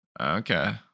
Okay